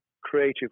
creative